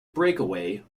breakaway